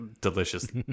delicious